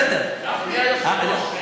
אדוני היושב-ראש,